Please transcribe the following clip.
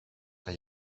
que